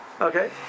okay